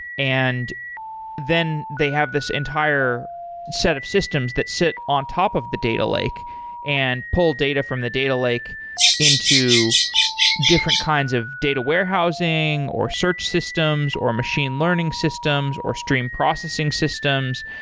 and then they have this entire set of systems that sit on top of the data lake and pull data from the data lake into different kinds of data warehousing, or search systems, or machine learning systems, or stream processing systems,